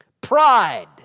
pride